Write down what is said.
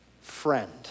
friend